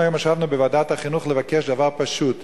אנחנו ישבנו היום בוועדת החינוך לבקש דבר פשוט,